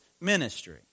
ministry